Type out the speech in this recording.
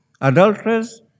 adulterers